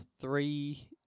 Three